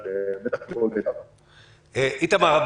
איתמר,